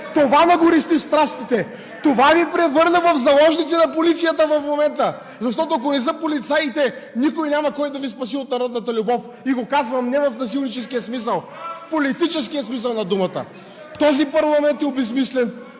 Това нагорещи страстите, това ни превърна в заложници на полицията в момента! Защото, ако не са полицаите, няма кой да Ви спаси от народната любов. И го казвам не в насилническия смисъл, а в политическия смисъл на думата! (Реплики от